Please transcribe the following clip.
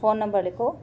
phone number लिखो